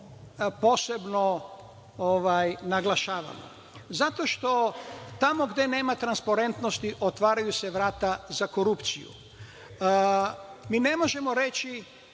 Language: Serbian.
posebno naglašavamo? Zato što tamo gde nema transparentnosti otvaraju se vrata za korupciju. Mi ne možemo reći,